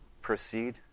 proceed